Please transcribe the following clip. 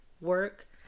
work